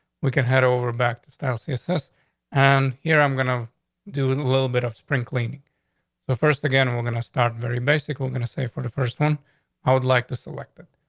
we could head over back to style seriousness on and here. i'm gonna do it a little bit of spring cleaning the first again. we're going to start very basic. we're gonna say for the first one i would like to select it.